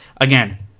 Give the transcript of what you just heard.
again